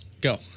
Go